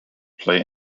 play